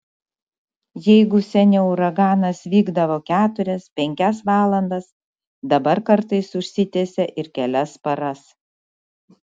jeigu seniau uraganas vykdavo keturias penkias valandas dabar kartais užsitęsia ir kelias paras